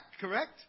correct